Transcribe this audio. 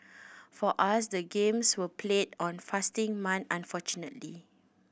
for us the games were played on fasting month unfortunately